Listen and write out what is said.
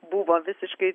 buvo visiškai